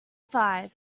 five